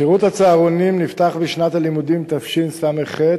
שירות הצהרונים נפתח בשנת הלימודים תשס"ח,